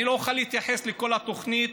אני לא אוכל להתייחס לכל התוכנית,